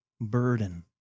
burden